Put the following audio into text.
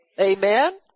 amen